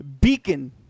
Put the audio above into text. Beacon